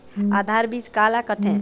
आधार बीज का ला कथें?